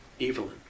Evelyn